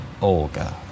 Olga